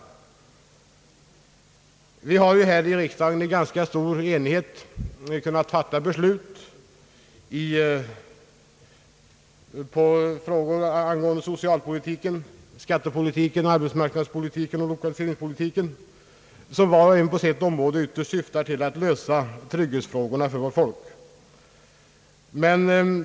Vi har här i riksdagen i ganska stor enighet kunnat fatta beslut om frågor som rört socialpolitiken, skattepolitiken, arbetsmarknadspolitiken och lokaliseringspolitiken. Dessa syftar var och en på sitt område ytterst till att lösa trygghetsfrågorna för vårt folk.